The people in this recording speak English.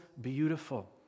beautiful